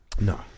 No